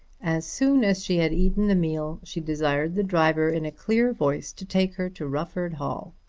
as soon as she had eaten the meal she desired the driver in a clear voice to take her to rufford hall.